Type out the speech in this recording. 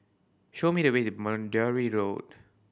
show me the way to Boundary Road